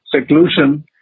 seclusion